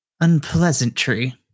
unpleasantry